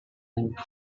and